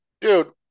dude